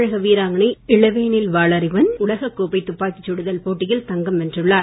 தமிழக வீராங்கனை இளவேனில் வளறிவான் உலக கோப்பை துப்பாக்கிச் சுடுதல் போட்டியில் தங்கம் வென்றுள்ளார்